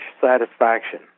satisfaction